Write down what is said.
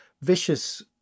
vicious